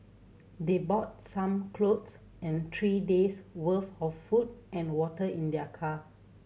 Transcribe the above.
they bought some clothes and three day's worth of food and water in their car